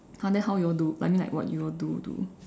!huh! then how you all do like I mean like what you all do to